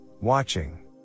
watching